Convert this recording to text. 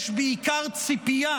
יש בעיקר ציפייה